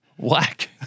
Whack